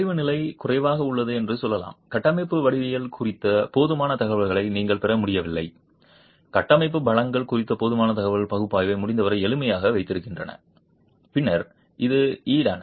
அறிவு நிலை குறைவாக உள்ளது என்று சொல்லலாம் கட்டமைப்பு வடிவியல் குறித்த போதுமான தகவல்களை நீங்கள் பெற முடியவில்லை கட்டமைப்பு பலங்கள் குறித்த போதுமான தகவல்கள் பகுப்பாய்வை முடிந்தவரை எளிமையாக வைத்திருக்கின்றன பின்னர் அது ஈடான